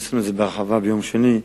עשינו את זה בהרחבה ביום שני.